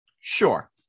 Sure